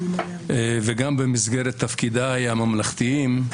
וגם במסגרת תפקידיי הממלכתיים,